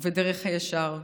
ובדרך הישר,